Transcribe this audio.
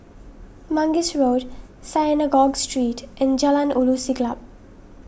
Mangis Road Synagogue Street and Jalan Ulu Siglap